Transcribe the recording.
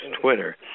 Twitter